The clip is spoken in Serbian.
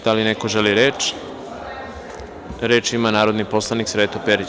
Da li neko želi reč? (Da.) Reč ima narodni poslanik Sreto Perić.